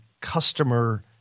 customer